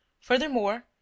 furthermore